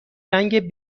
رنگ